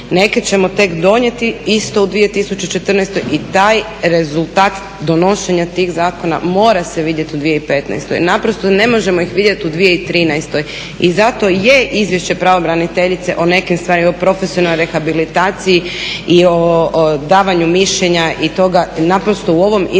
neke ćemo tek donijeti isto u 2014. i taj rezultat donošenja tih zakona mora se vidjeti u 2015. Naprosto ne možemo ih vidjeti u 2013. I zato je Izvješće pravobraniteljice o nekim stvarima, o profesionalnoj rehabilitaciji i o davanju mišljenja i toga naprosto u ovom izvješću